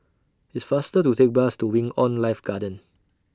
It's faster to Take Bus to Wing on Life Garden